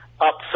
up